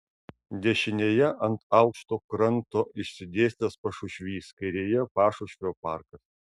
dešinėje ant aukšto kranto išsidėstęs pašušvys kairėje pašušvio parkas